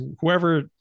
whoever